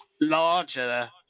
larger